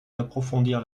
d’approfondir